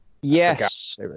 Yes